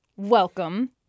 Welcome